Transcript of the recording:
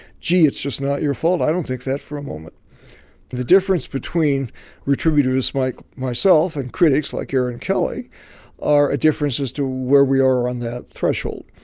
gee, it's just not your fault. i don't think that for a moment the difference between retributive tributaries like myself and critics like your and kelly are a difference as to where we are on that threshold.